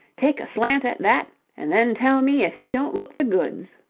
take a slant at that and then tell me if he don't look the goods.